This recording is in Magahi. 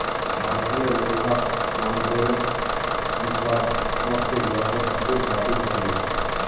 भारतीय लेखा मानदंडेर अनुसार स्वास्थ विभागक अधिक राशि चाहिए